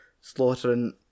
slaughtering